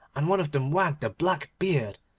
and one of them wagged a black beard,